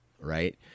Right